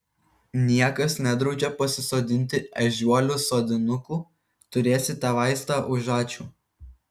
niekas nedraudžia pasisodinti ežiuolių sodinukų turėsite vaistą už ačiū